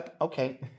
Okay